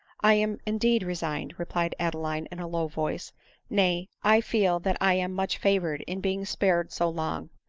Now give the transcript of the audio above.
i am indeed resigned, replied adeline in a low voice nay, i feel that i am much favored in being spared so long.